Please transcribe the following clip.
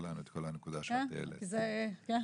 את כל הנקודות שהעלית אז זה בסדר.